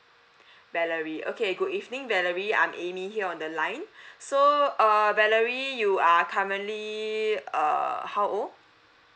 valerie okay good evening valerie I'm amy here on the line so err valerie you are currently err how old